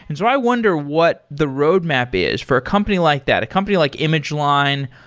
and so i wonder what the roadmap is for a company like that, a company like image-line,